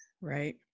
Right